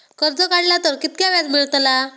कर्ज काडला तर कीतक्या व्याज मेळतला?